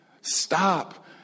Stop